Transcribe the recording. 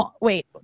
Wait